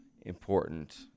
important